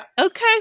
Okay